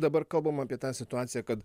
dabar kalbam apie tą situaciją kad